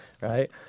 right